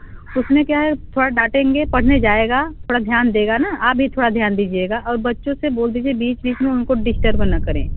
उसमें क्या है थोड़ा डाँटेंगे पढ़ने जाएगा थोड़ा ध्यान देगा ना आप भी थोड़ा ध्यान दीजिएगा और बच्चों से बोल दीजिए बीच बीच में उनको डिस्टर्ब न करें